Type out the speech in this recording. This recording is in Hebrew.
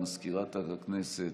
למזכירת הכנסת,